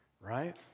right